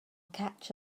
catch